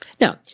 Now